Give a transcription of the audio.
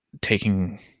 taking